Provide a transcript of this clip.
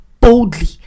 boldly